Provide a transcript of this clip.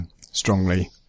strongly